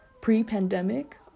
pre-pandemic